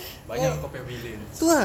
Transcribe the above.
banyak kau punya millions